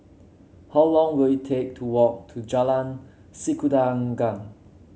how long will it take to walk to Jalan Sikudangan